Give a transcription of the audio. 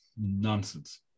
nonsense